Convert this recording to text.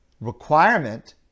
requirement